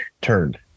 turned